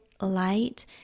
light